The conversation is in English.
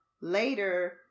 later